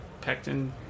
pectin